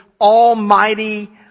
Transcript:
almighty